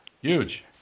Huge